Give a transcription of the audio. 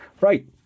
Right